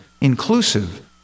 inclusive